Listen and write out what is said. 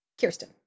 Kirsten